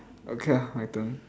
okay lah my turn